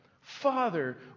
Father